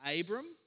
Abram